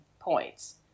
points